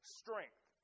strength